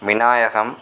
Vinayagam